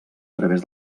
través